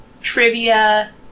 trivia